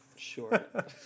Sure